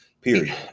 Period